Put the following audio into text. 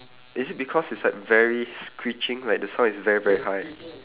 is it because it's like very screeching like the sound is very very high